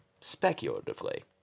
Speculatively